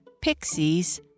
pixies